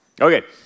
Okay